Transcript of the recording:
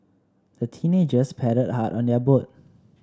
the teenagers paddled hard on their boat